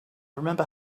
remember